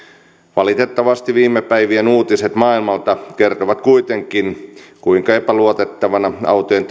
valitettavasti viime päivien uutiset maailmalta kertovat kuitenkin kuinka epäluotettaviksi autojen